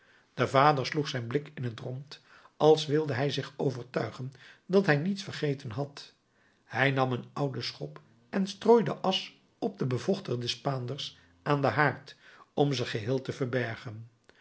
de vader sloeg zijn blik in t rond als wilde hij zich overtuigen dat hij niets vergeten had hij nam een oude schop en strooide asch op de bevochtigde spaanders aan den haard om ze geheel te verbergen